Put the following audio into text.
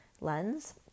lens